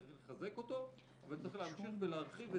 צריך לחזק אותו וצריך להמשיך ולהרחיב את